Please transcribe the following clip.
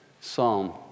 psalm